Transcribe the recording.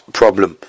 problem